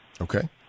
Okay